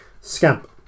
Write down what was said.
Scamp